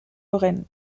lorraine